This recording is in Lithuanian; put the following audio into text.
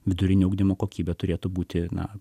vidurinio ugdymo kokybė turėtų būti na